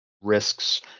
risks